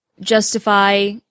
justify